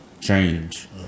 change